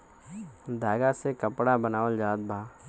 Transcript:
धागा से कपड़ा बनावल जात बा